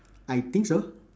I think so